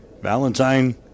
Valentine